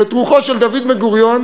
ואת רוחו של דוד בן-גוריון,